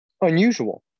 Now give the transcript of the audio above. unusual